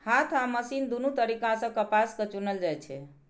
हाथ आ मशीन दुनू तरीका सं कपास कें चुनल जाइ छै